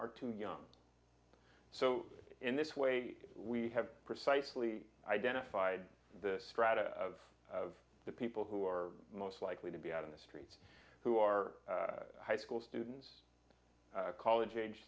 are too young so in this way we have precisely identified the strata of the people who are most likely to be out in the street who are high school students college age